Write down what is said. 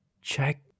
check